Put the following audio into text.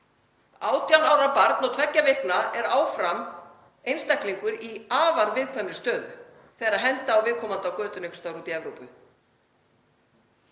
18 ára barn og tveggja vikna er áfram einstaklingur í afar viðkvæmri stöðu þegar henda á viðkomandi á götuna einhvers staðar úti í Evrópu.